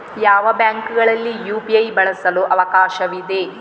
ಯಾವ ಬ್ಯಾಂಕುಗಳಲ್ಲಿ ಯು.ಪಿ.ಐ ಬಳಸಲು ಅವಕಾಶವಿದೆ?